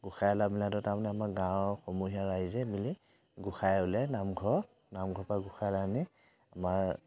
গোসাঁই ওলোৱা মেলাটো তাৰমানে আমাৰ গাঁৱৰ সমূহীয়া ৰাইজে মিলি গোসাঁই ওলিয়াই নামঘৰ নামঘৰৰ পৰা গোসাঁই ওলিয়াই আনি আমাৰ